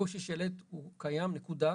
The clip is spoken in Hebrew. הקושי שלהם הוא קיים, נקודה.